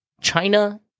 China